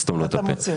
תסתום לו את הפה.